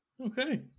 Okay